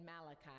Malachi